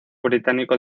británico